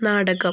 നാടകം